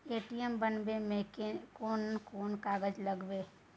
ATM बनाबै मे केना कोन कागजात लागतै?